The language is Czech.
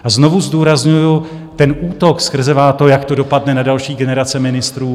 A znovu zdůrazňuju, ten útok skrzevá to, jak to dopadne na další generace ministrů...